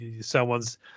someone's